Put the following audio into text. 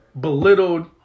belittled